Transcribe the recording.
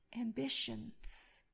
ambitions